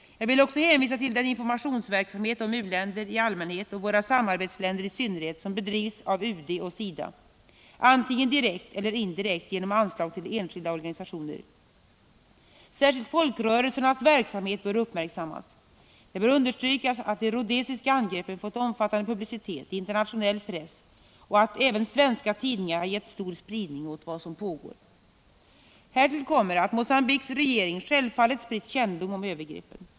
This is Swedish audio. Jag vill också hänvisa till den informationsverksamhet om u-länder i allmänhet och våra samarbetsländer i synnerhet, som bedrivs av UD och SIDA, antingen direkt eller indirekt genom anslag till enskilda organisationer. Särskilt folkrörelsernas verksamhet bör uppmärksammas. Det bör understrykas att de rhodesiska angreppen fått omfattande publicitet i internationell press och att även svenska tidningar har gett stor spridning åt vad som pågår. Härtill kommer att Mogambiques regering självfallet spritt kännedom om övergreppen.